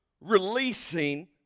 releasing